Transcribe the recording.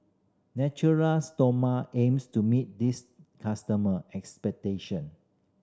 Natura Stoma aims to meet this customer expectation